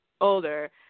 older